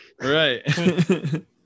right